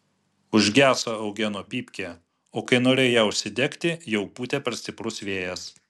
užgeso eugeno pypkė o kai norėjo ją užsidegti jau pūtė per stiprus vėjas